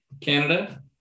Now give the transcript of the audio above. Canada